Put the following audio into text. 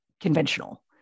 conventional